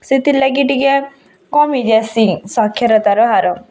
ସେଥିର୍ ଲାଗି ଟିକେ କମିଯାସିଁ ସାକ୍ଷରତାର ହାର